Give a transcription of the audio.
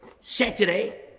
Saturday